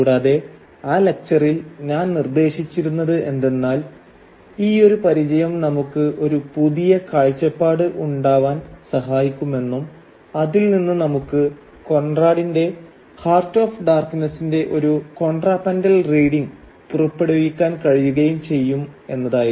കൂടാതെ ആ ലെക്ച്ചറിൽ ഞാൻ നിർദേശിച്ചിരുന്നത് എന്തെന്നാൽ ഈ ഒരു പരിചയം നമുക്ക് ഒരു പുതിയ കാഴ്ചപ്പാട് ഉണ്ടാവാൻ സഹായിക്കുമെന്നും അതിൽ നിന്ന് നമുക്ക് കോൺറാടിന്റെ ഹാർട്ട് ഓഫ് ഡാർക്നെസിന്റെ ഒരു കൊണ്ട്രപ്പന്റൽ റീഡിങ് പുറപ്പെടുവിക്കാൻ കഴിയുകയും ചെയ്യും എന്നതായിരുന്നു